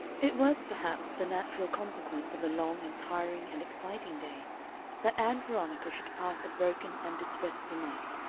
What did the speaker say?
it was, perhaps, the natural consequence of a long and tiring and exciting day that ann veronica should pass a broken and distressful night,